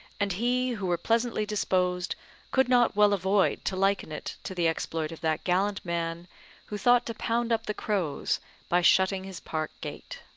and he who were pleasantly disposed could not well avoid to liken it to the exploit of that gallant man who thought to pound up the crows by shutting his park gate.